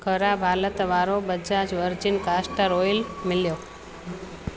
ख़राब हालति वारो बजाज वर्जिन कास्टर ऑइल मिलियो